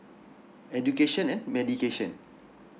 education and medication